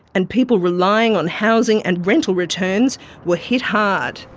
and people relying on housing and rental returns were hit hard.